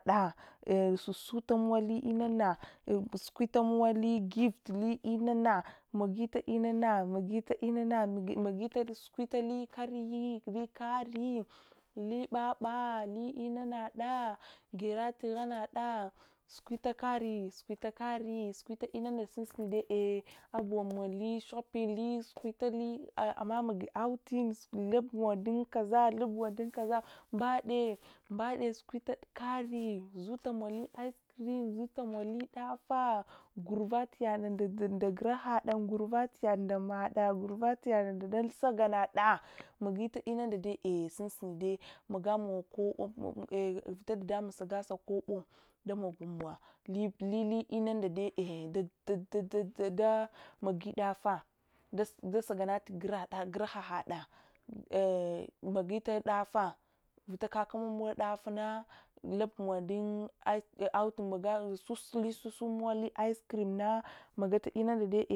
Ehɗa sasutambli inana sukwatamili gifle magiti inana, sukwatamili karyi, libaba li’inana, sukwatamili karyi, libaba li’inanada giyatu inanada sukuli kari sukut inanunda sunsuni eh’ magili shopping mayili anamagi outing lubmow dunkaza lubmow dunkaza mbade sukwitali kari zutalimun ice cream zutamowli daffa kurvat yad nda gurahad, ngurvat yad nda madda, ngurvat yad ndalm saga ngahada magitmundede eli’ sunsunamowa eh’ vita da damun sungata kwabo lubli inunda de eh’ damage daffah tugurahada magi ta vitamin kadu dayun tu diff na lubyun dun outing susumowli ice cream na moyad tinunda.